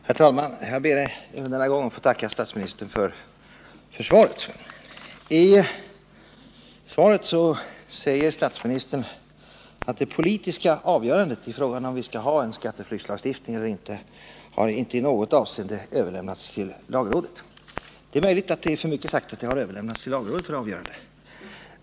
Herr talman! Jag ber att även denna gång få tacka statsministern för svaret. I svaret säger statsministern att det politiska avgörandet i frågan om vi skall haen skatteflyktslagstiftning eller inte, inte i något avseende har överlämnats till lagrådet. Det är möjligt att det är för mycket sagt att frågan har överlämnats till lagrådet för avgörande.